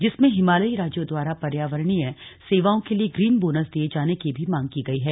जिसमें हिमालयी राज्यों द्वारा पर्यावरणीय सेवाओं के लिए ग्रीन बोनस दिये जाने की भी मांग की गई है